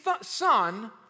Son